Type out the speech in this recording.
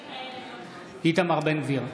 בעד איתמר בן גביר,